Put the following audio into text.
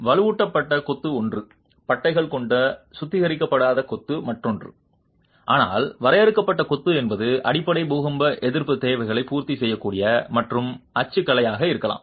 வலுவூட்டப்பட்ட கொத்து ஒன்று பட்டைகள் கொண்ட சுத்திகரிக்கப்படாத கொத்து மற்றொன்று ஆனால் வரையறுக்கப்பட்ட கொத்து என்பது அடிப்படை பூகம்ப எதிர்ப்புத் தேவைகளை பூர்த்தி செய்யக்கூடிய மற்ற அச்சுக்கலையாக இருக்கலாம்